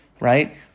Right